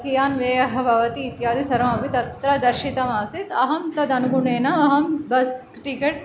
कीयान् व्ययः भवति इत्यादि सर्वमपि तत्र दर्शितमासीत् अहं तदनुगुणेन अहं बस् टिकेट्